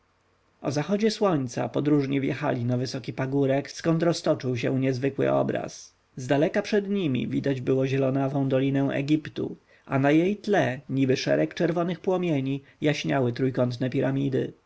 zachodzie słońca podróżni wjechali na wysoki pagórek skąd roztoczył się niezwykły obraz zdaleka przed nimi widać było zielonawą dolinę egiptu a na jej tle niby szereg czerwonych płomieni jaśniały trójkątne piramidy